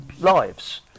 lives